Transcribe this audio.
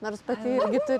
nors pati irgi tu